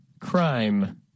Crime